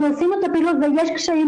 אנחנו עושים את הפעילות, אבל יש קשיים.